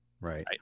Right